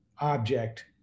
object